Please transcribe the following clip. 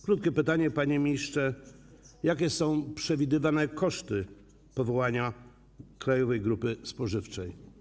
Krótkie pytanie, panie ministrze: Jakie są przewidywane koszty powołania Krajowej Grupy Spożywczej?